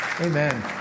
Amen